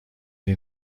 این